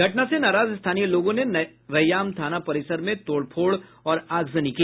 घटना से नाराज स्थानीय लोगों ने रैयाम थाना परिसर में तोड़फोड़ और आगजनी की